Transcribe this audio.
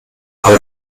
aber